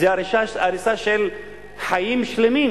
זה הריסה של חיים שלמים,